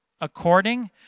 according